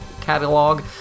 Catalog